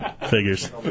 Figures